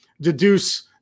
deduce